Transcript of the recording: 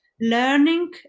learning